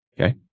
Okay